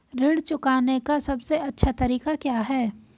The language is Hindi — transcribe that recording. ऋण चुकाने का सबसे अच्छा तरीका क्या है?